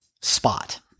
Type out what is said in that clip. spot